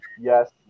yes